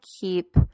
keep